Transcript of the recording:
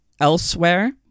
Elsewhere